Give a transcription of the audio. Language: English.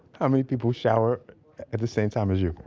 how many people shower at the same time as you?